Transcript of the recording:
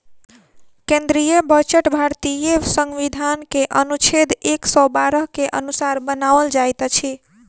केंद्रीय बजट भारतीय संविधान के अनुच्छेद एक सौ बारह के अनुसार बनाओल जाइत अछि